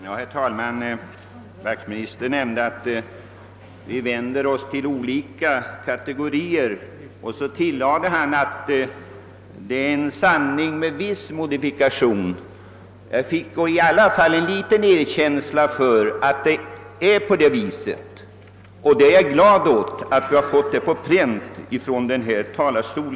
Herr talman! Herr Wachtmeister nämnde att detta tal att vi vänder oss till olika kategorier vore en sanning med viss modifikation. Jag fick alltså ett litet erkännande av att det förhåller sig så, och det är bra att vi har fått det bekräftat från denna talarstol.